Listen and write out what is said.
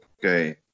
Okay